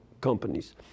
companies